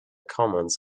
comments